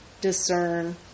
discern